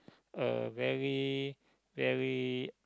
a very very